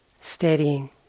Steadying